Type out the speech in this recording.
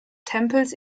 tempels